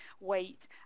weight